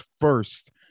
first